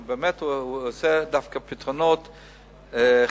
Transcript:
הוא באמת מביא פתרונות חדשים,